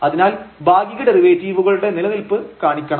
അതിനാൽ ഭാഗിക ഡെറിവേറ്റീവുകളുടെ നിലനിൽപ്പ് കാണിക്കണം